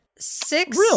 Six